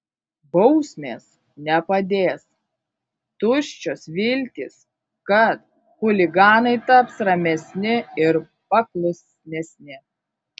bausmės nepadės tuščios viltys kad chuliganai taps ramesni ir paklusnesni